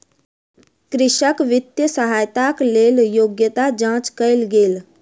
कृषक वित्तीय सहायताक लेल योग्यता जांच कयल गेल